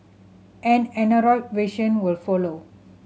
an Android version will follow